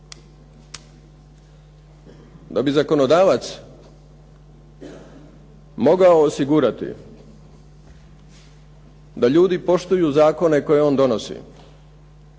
Da bi zakonodavac mogao osigurati da ljudi poštuju zakone koje on donosi